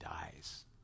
dies